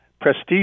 prestige